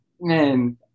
Man